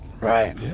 Right